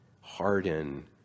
harden